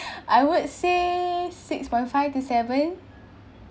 I would say six point five to seven